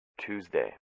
Tuesday